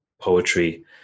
poetry